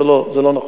זה לא, זה לא נכון.